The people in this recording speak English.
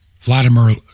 Vladimir